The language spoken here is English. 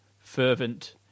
fervent